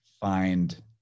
find